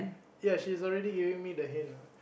ya she's already giving me the hint ah